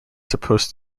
supposed